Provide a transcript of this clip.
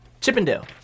Chippendale